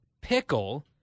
pickle